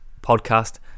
podcast